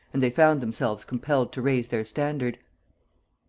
and they found themselves compelled to raise their standard.